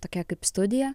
tokia kaip studija